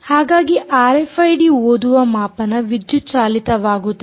ಹಾಗಾಗಿ ಆರ್ಎಫ್ಐಡಿ ಓದುವ ಮಾಪನ ವಿದ್ಯುತ್ ಚಾಲಿತವಾಗುತ್ತದೆ